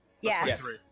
Yes